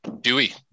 dewey